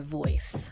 voice